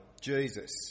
Jesus